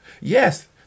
Yes